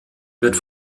wird